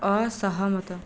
ଅସହମତ